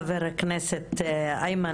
חה"כ איימן,